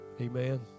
Amen